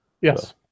Yes